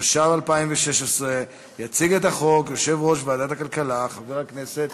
התשע"ו 2016. יציג את הצעת החוק יושב-ראש ועדת הכלכלה חבר הכנסת